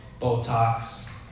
Botox